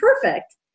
perfect